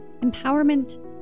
Empowerment